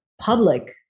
public